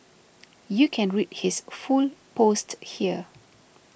you can read his full post here